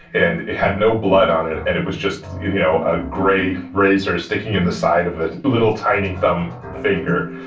and it had no blood on it and it was just, you know, a gray razor sticking in the side of the little tiny thumb finger.